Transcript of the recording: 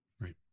Right